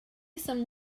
some